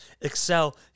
Excel